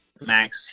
max